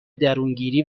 درونگیری